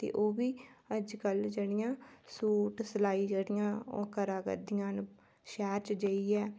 ते ओह् बी अजकल जेह्ड़ियां सूट सलाई करा करदियां न शैह्र च जाइयै